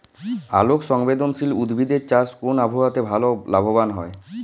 আলোক সংবেদশীল উদ্ভিদ এর চাষ কোন আবহাওয়াতে ভাল লাভবান হয়?